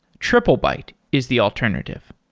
triplebyte is the alternative.